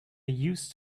used